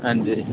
हां जी